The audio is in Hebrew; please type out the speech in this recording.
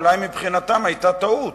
אולי מבחינתם זאת היתה טעות